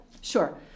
Sure